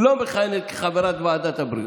לא מכהנת כחברת ועדת הבריאות.